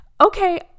Okay